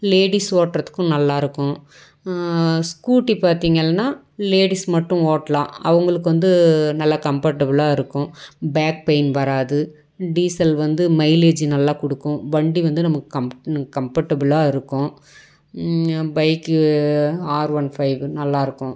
ladies ஓட்டுறத்துக்கும் நல்லாயிருக்கும் Scooty பார்த்திங்கள்னா லேடிஸ் மட்டும் ஓட்டலாம் அவங்களுக்கு வந்து நல்லா கம்பட்டபுளாக இருக்கும் பேக் பெயின் வராது டீசல் வந்து மைலேஜி நல்லா கொடுக்கும் வண்டி வந்து நமக்கு கம்ப கம்பட்டபுளாக இருக்கும் பைக்கு ஆர்ஒன் ஃபைவு நல்லாயிருக்கும்